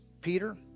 Peter